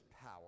power